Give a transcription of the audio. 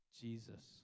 Jesus